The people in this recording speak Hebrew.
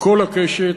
מכל הקשת,